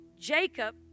Jacob